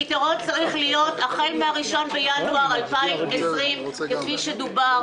הפתרון צריך להיות החל מה-1 בינואר 2020 כפי שדובר.